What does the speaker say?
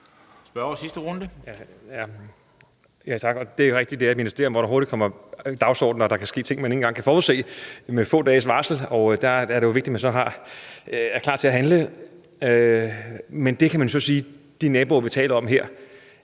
Magnus Heunicke (S): Tak. Det er rigtigt, at det er et ministerium, hvor der hurtigt kommer ny dagsordner. Der kan ske ting, man ikke engang kan forudse med få dages varsel, og der er det vigtigt, at man så er klar til at handle. Men man så kan sige, at de naboer, vi taler om her